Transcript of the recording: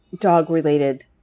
dog-related